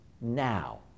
now